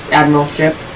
admiralship